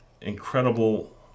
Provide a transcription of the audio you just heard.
incredible